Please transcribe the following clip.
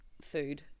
food